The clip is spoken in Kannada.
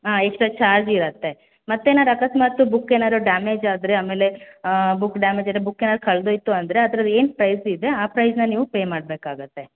ಹಾಂ ಎಕ್ಸ್ಟ್ರಾ ಚಾರ್ಜ್ ಇರುತ್ತೆ ಮತ್ತು ಏನಾದ್ರು ಅಕಸ್ಮಾತ್ ಬುಕ್ ಏನಾದ್ರು ಡ್ಯಾಮೇಜ್ ಆದರೆ ಆಮೇಲೆ ಬುಕ್ ಡ್ಯಾಮೇಜ್ ಆದರೆ ಬುಕ್ ಏನಾದರೂ ಕಳ್ದು ಹೋಯ್ತು ಅಂದರೆ ಅದರಲ್ಲಿ ಏನು ಪ್ರೈಸ್ ಇದೆ ಆ ಪ್ರೈಸನ್ನು ನೀವು ಪೇ ಮಾಡ್ಬೇಕಾಗುತ್ತೆ